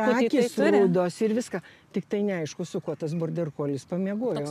akys rudos ir viską tiktai neaišku su kuo tas borderkolis pamiegojo